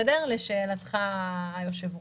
לשאלת היושב-ראש.